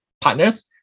partners